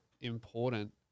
important